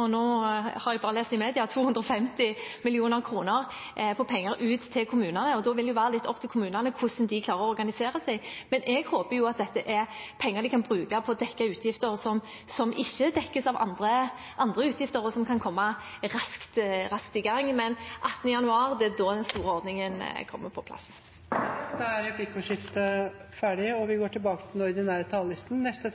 og nå har jeg bare lest det i media – 250 mill. kr på penger til kommunene, og da vil det være litt opp til dem hvordan de klarer å organisere seg. Men jeg håper at dette er penger de kan bruke på å dekke utgifter som ikke dekkes av andre inntekter, og som kan komme raskt i gang. Men 18. januar – det er da den store ordningen kommer på plass. Replikkordskiftet